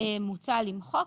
מוצע למחוק.